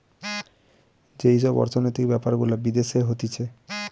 যেই সব অর্থনৈতিক বেপার গুলা বিদেশে হতিছে